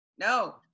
no